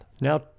Now